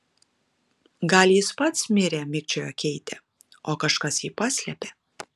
gal jis pats mirė mikčiojo keitė o kažkas jį paslėpė